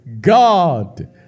God